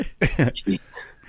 Jeez